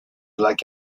like